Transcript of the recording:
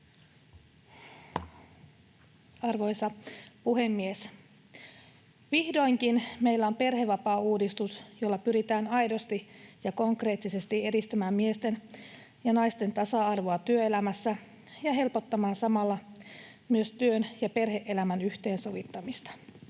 Arvoisa puhemies! Vihdoinkin meillä on perhevapaauudistus, jolla pyritään aidosti ja konkreettisesti edistämään miesten ja naisten tasa-arvoa työelämässä ja helpottamaan samalla myös työn ja perhe-elämän yhteensovittamista.